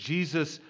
Jesus